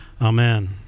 Amen